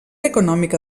econòmica